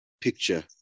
picture